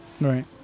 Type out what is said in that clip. Right